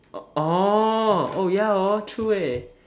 orh oh ya hor true eh